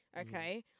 okay